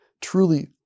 truly